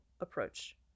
approach